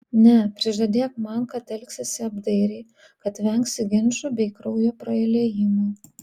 ne prižadėk man kad elgsiesi apdairiai kad vengsi ginčų bei kraujo praliejimo